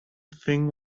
thing